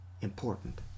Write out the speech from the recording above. important